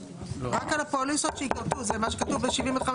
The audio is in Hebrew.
רק על הפוליסות, זה מה שכתוב ב-75ג.